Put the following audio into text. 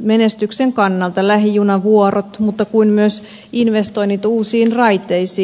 menestyksen kannalta lähijunavuorot mutta myös investoinnit uusiin raiteisiin